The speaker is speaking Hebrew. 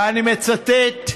ואני מצטט: